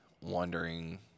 wondering